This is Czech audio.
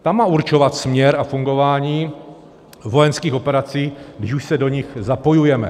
Ta má určovat směr a fungování vojenských operací, když už se do nich zapojujeme.